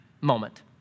moment